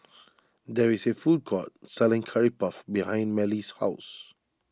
there is a food court selling Curry Puff behind Mellie's house